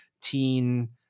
teen